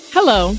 Hello